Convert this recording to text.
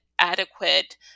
adequate